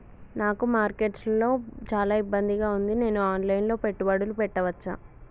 నాకు మార్కెట్స్ లో చాలా ఇబ్బందిగా ఉంది, నేను ఆన్ లైన్ లో పెట్టుబడులు పెట్టవచ్చా?